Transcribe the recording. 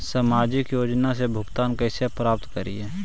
सामाजिक योजना से भुगतान कैसे प्राप्त करी?